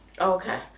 Okay